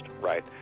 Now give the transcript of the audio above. right